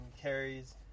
carries